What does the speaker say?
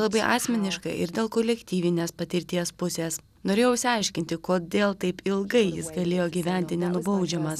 labai asmeniškai ir dėl kolektyvinės patirties pusės norėjau išsiaiškinti kodėl taip ilgai jis galėjo gyventi nenubaudžiamas